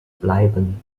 bleiben